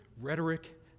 rhetoric